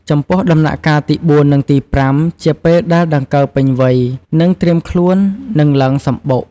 ចំពោះដំណាក់កាលទី៤ និងទី៥ ជាពេលដែលដង្កូវពេញវ័យ នឹងត្រៀមខ្លួននឹងឡើងសំបុក។